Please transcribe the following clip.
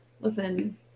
Listen